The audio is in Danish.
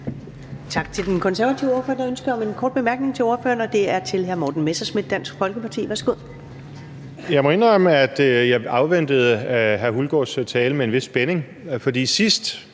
Tak til den konservative ordfører. Der er ønske om en kort bemærkning til ordføreren. Det er fra hr. Morten Messerschmidt, Dansk Folkeparti. Værsgo. Kl. 15:05 Morten Messerschmidt (DF): Jeg må indrømme, at jeg afventede hr. Hulgaards tale med en vis spænding. Sidst